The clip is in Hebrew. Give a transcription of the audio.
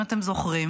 אם אתם זוכרים,